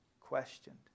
questioned